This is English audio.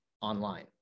online